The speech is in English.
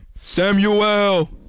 Samuel